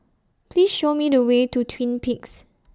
Please Show Me The Way to Twin Peaks